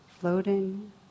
floating